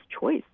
choice